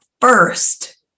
first